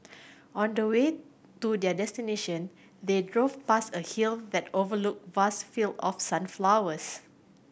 on the way to their destination they drove past a hill that overlooked vast field of sunflowers